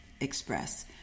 Express